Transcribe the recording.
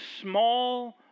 small